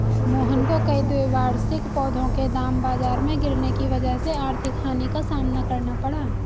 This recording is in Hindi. मोहन को कई द्विवार्षिक पौधों के दाम बाजार में गिरने की वजह से आर्थिक हानि का सामना करना पड़ा